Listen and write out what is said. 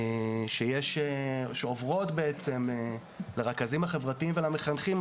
שעוברות לרכזים החברתיים ולמחנכים,